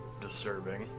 Disturbing